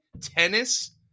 tennis